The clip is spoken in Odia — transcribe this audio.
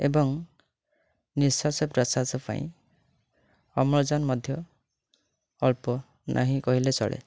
ଏବଂ ନିଶ୍ୱାସ ପ୍ରଶ୍ୱାସ ପାଇଁ ଅମ୍ଳଜାନ ମଧ୍ୟ ଅଳ୍ପ ନାହିଁ କହିଲେ ଚଳେ